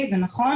אני כרופאים